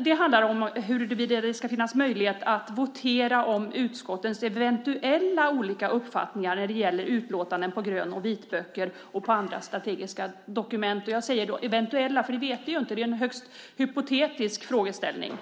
Det handlar om huruvida det ska finnas möjlighet att votera om utskottets eventuella olika uppfattningar när det gäller utlåtanden i fråga om grön och vitböcker och i fråga om andra strategiska dokument. Jag säger eventuella eftersom vi inte vet hur det blir. Det är en högst hypotetisk frågeställning.